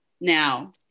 now